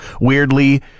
weirdly